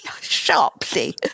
sharply